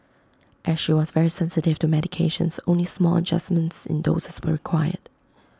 as she was very sensitive to medications only small adjustments in doses were required